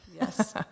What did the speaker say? Yes